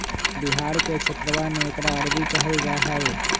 बिहार के क्षेत्रवा में एकरा अरबी कहल जाहई